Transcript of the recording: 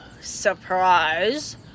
surprise